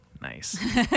Nice